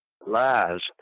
lies